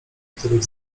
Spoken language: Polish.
który